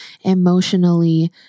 emotionally